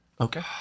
okay